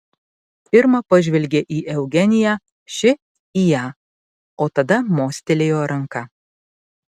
irma pažvelgė į eugeniją ši į ją o tada mostelėjo ranka